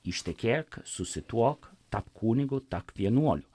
ištekėk susituok tapk kunigu tapk vienuoliu